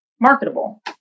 marketable